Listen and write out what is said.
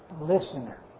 listener